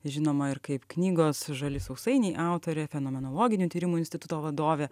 žinoma ir kaip knygos žali sausainiai autorė fenomenologinių tyrimų instituto vadovė